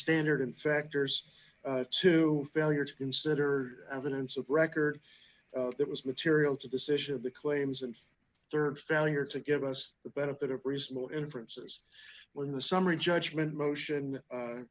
standard factors to failure to consider evidence of record that was material to decision of the claims and rd failure to give us the benefit of reasonable inferences when the summary judgment motion